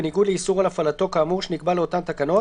בניגוד לאיסור על הפעלתו כאמור שנקבע באותן תקנות